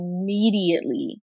immediately